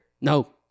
No